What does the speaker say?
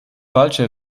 falsche